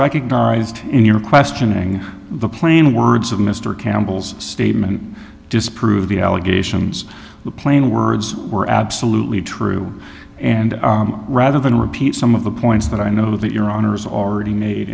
recognized in your questioning the plain words of mr campbell's statement disprove the allegations the plain words were absolutely true and rather than repeat some of the points that i know that your honour's already made